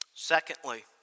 Secondly